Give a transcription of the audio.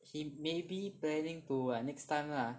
he maybe planning to next time lah